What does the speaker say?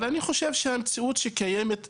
אבל אני חושב שהמציאות שקיימת היום,